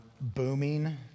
booming